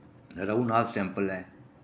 Raghunath temple ऐ